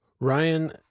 Ryan